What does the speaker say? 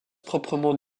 proprement